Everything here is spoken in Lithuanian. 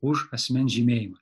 už asmens žymėjimą